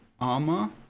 armor